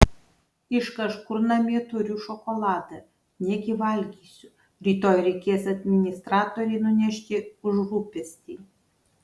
iš kažkur namie turiu šokoladą negi valgysiu rytoj reiks administratorei nunešti už rūpestį